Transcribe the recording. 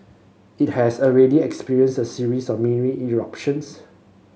it has already experienced a series of mini eruptions